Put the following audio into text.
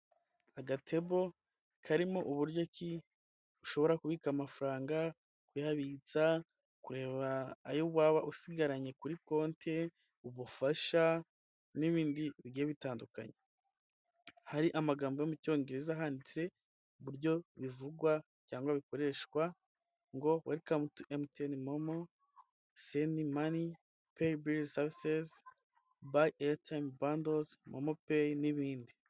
Agatebo karimo uburyo ki ushobora kubika amafaranga kuyabitsa, kureba ayo waba usigaranye kuri konte, ubufasha n'ibindi bigiye bitandukanye, hari amagambo yo mu cyongereza ahanditse uburyo bivugwa cyangwa bikoreshwa ngo werikamu tu MTN momo, sendi mani, peyi eyatimu, bandozi, momo peyi n'ibindi.